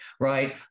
right